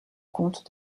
compte